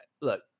look